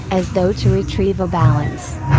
as though to retrieve a balance.